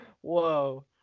Whoa